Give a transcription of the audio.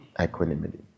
equanimity